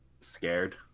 scared